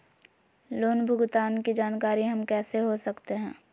Loan भुगतान की जानकारी हम कैसे हो सकते हैं?